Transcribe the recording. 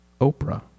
Oprah